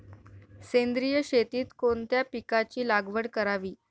सेंद्रिय शेतीत कोणत्या पिकाची लागवड करावी?